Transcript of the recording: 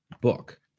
book